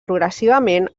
progressivament